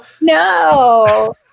no